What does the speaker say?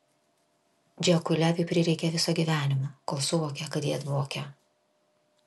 džekui leviui prireikė viso gyvenimo kol suvokė kad jie dvokia